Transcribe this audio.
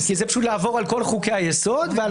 כי זה פשוט לעבור על כל חוקי היסוד ועל